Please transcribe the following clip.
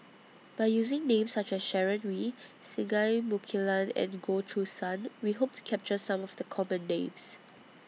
By using Names such as Sharon Wee Singai Mukilan and Goh Choo San We Hope to capture Some of The Common Names